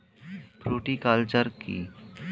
Fruticulture কী?